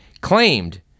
claimed